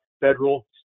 federal